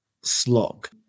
slog